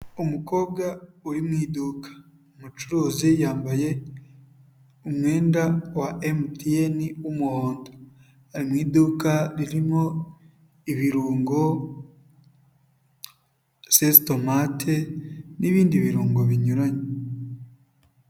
Umukobwa uri mu iduka, umucuruzi yambaye umwenda wa MTN w'umuhondo, ari mu iduka ririmo ibirungo, sesitomate n'ibindi birungo binyuranye.